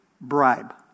bribe